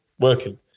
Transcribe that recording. Working